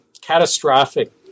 catastrophic